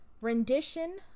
rendition